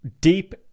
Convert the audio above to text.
deep